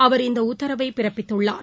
அவர் இந்தஉத்தரவைபிறப்பித்துள்ளார்